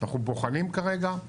אנחנו בוחנים כרגע,